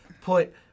put